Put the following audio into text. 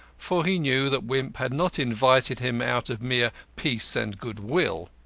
for he knew that wimp had not invited him out of mere peace and goodwill.